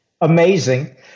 amazing